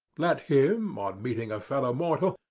let him, on meeting a fellow-mortal,